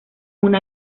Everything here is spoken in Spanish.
una